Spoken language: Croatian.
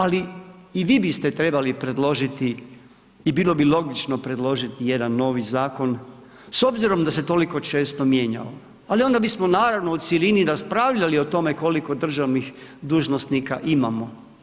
Ali, i vi biste trebali predložiti i bilo bi logično predložiti jedan novi zakon s obzirom da se toliko često mijenjao, ali onda bismo naravno u cjelini raspravljali o tome, koliko državnih dužnosnika imamo.